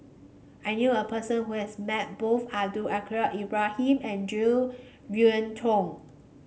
I knew a person who has met both Abdul Kadir Ibrahim and Jo Yeun Thong